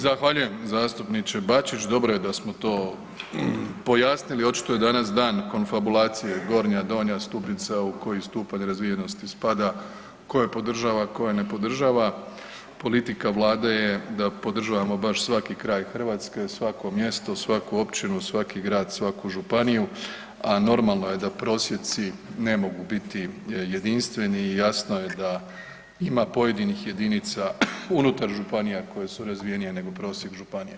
Zahvaljujem zastupniče Bačić, dobro je da smo to pojasnili, očito je danas dan konfabulacije, Gornja, Donja Stubica, u kojoj stupanj razvijenosti spada, ko je podržava, ko je ne podržava, politika Vlade je da podržavamo baš svaki kraj Hrvatske, svako mjesto, svaku općinu, svaki grad, svaku županiju a normalno je da prosjeci nego biti jedinstveni i jasno je da ima pojedinih jedinica unutar županija koje su razvijenija nego prosjek županije.